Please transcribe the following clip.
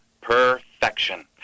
perfection